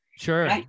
sure